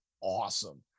awesome